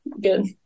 good